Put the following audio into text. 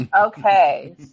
Okay